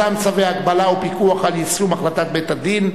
מתן צווי הגבלה ופיקוח על יישום החלטת בית-הדין),